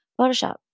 Photoshop